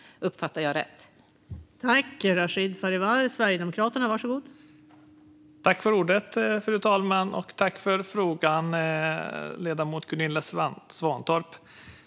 Uppfattade jag honom rätt?